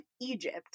Egypt